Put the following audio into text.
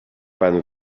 panu